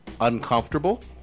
uncomfortable